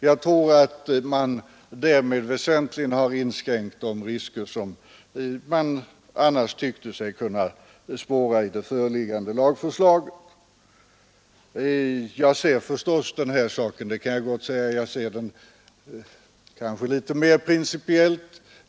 Jag tror att man därmed väsentligen har inskränkt de risker som jag annars tyckte mig kunna spåra i det föreliggande lagförslaget. Jag ser förstås den här saken — det kan jag gott säga — litet mer principiellt.